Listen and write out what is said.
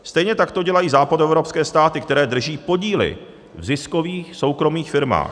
Stejně tak to dělají západoevropské státy, které drží podíly v ziskových soukromých firmách.